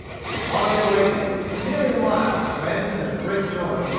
on they waded, for nearly a mile, when, to their great joy,